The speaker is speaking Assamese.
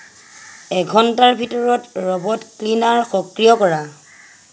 এঘন্টাৰ ভিতৰত ৰবট ক্লিনাৰ সক্ৰিয় কৰা